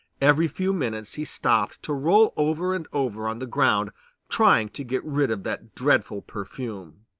every few minutes he stopped to roll over and over on the ground trying to get rid of that dreadful perfume.